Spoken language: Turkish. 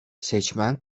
seçmen